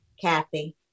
Kathy